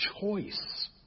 choice